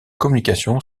communication